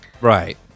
Right